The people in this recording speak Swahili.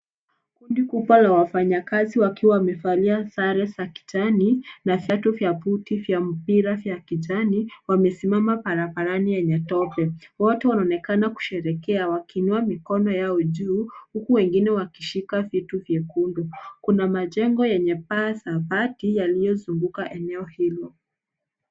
Kundi kubwa la wafanyakazi wakiwa wamevalia sare za kijani na viatu vya buti vya mpira ya kijani wamesimama barabarani yenye tope. Wote wanaonekana kusherehekea wakiinua mikono yao juu huku wengine wakishika vitu vyekundu. Kuna majengo yenye paa za bati yaliyozunguka eneo hilo.